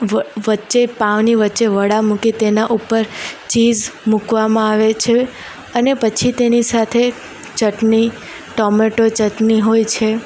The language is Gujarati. વચ્ચે પાંવની વચ્ચે વડા મૂકી તેના ઉપર ચીઝ મૂકવામાં આવે છે અને પછી તેની સાથે ચટની ટોમેટો ચટની હોય છે